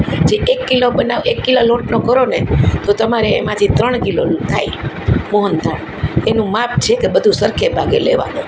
જે એક કિલો બનાવો એક કિલા લોટનો કરો ને તો તમારે એમાંથી ત્રણ કિલોનો થાય મોહનથાળ એનું માપ છે કે બધુ સરખે ભાગે લેવાનું